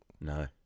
No